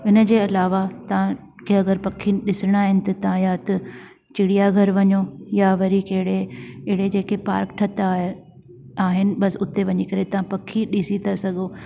इन जे अलावा तव्हांखे अगरि पखी ॾिसणा आहिनि त तां या त चिड़िया घरु वञो या वरी कहिड़े अहिड़े जेके पार्क ठता आहिनि बसि उते वञी करे तव्हां पखी ॾिसी था सघो